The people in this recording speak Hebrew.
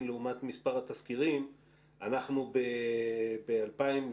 לעומת מספר התסקירים ואני רואה שב-2016,